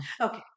Okay